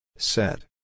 Set